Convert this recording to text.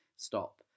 stop